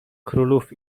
królów